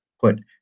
put